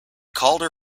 calder